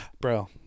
bro